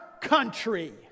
country